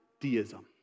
deism